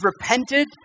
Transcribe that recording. repented